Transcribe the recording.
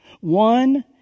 One